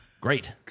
great